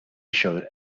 showed